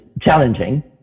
challenging